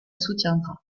soutiendra